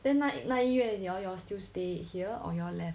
then 那那一月 you all still stay here or you all left